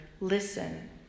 listen